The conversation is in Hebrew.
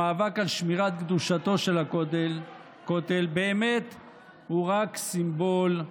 המאבק של שמירת קדושתו של הכותל הוא רק סימבול,